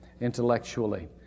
intellectually